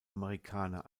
amerikaner